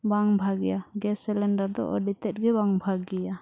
ᱵᱟᱝ ᱵᱷᱟᱜᱮᱭᱟ ᱫᱚ ᱟᱹᱰᱤᱛᱮᱫ ᱜᱮ ᱵᱟᱝ ᱵᱷᱟᱜᱮᱭᱟ